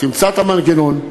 תמצא את המנגנון,